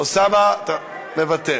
אוסאמה, מוותר,